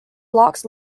blocks